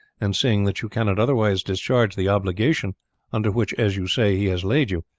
and seeing that you cannot otherwise discharge the obligation under which, as you say, he has laid you,